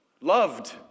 Loved